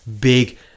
Big